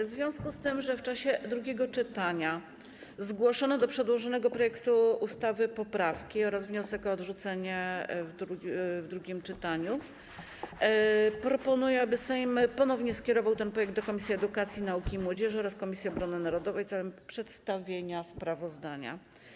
W związku z tym, że w czasie drugiego czytania zgłoszono do przedłożonego projektu ustawy poprawki oraz wniosek o odrzucenie w drugim czytaniu, proponuję, aby Sejm ponownie skierował ten projekt do Komisji Edukacji, Nauki i Młodzieży oraz Komisji Obrony Narodowej celem przedstawienia sprawozdania.